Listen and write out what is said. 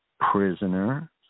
prisoner